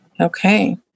Okay